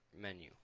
menu